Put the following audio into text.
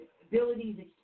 abilities